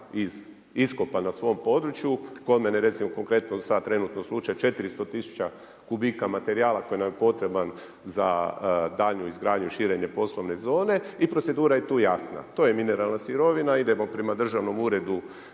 iz iskopa na svom području, kod mene, recimo konkretno trenutno sad slučaj 400000 kubika materijala koji nam je potreban za danju izgradnju i širenje poslovne zone i procedura je tu jasna. To je mineralna sirovina idemo prema DUUDI-u,